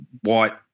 white